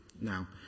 Now